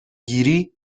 گیری